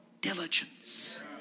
diligence